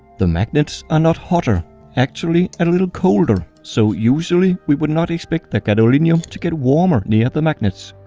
the magnets are not hotter actually a little colder so usually we would not expect the gadolinium to get warmer near the magnets.